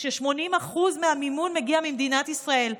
כש-80% מהמימון מגיע ממדינת ישראל.